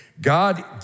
God